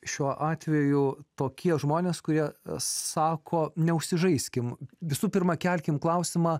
šiuo atveju tokie žmonės kurie sako neužsižaiskime visų pirma kelkime klausimą